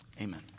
Amen